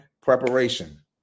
preparation